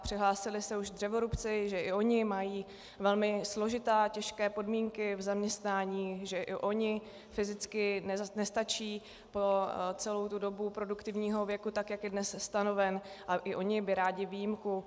Přihlásili se už dřevorubci, že i oni mají velmi složité a těžké podmínky zaměstnání, že i oni fyzicky nestačí po celou dobu produktivního věku, tak jak je dnes stanoven, a i oni by rádi výjimku.